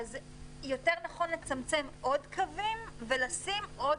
יותר נכון לצמצם עוד קווים ולשים עוד